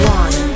one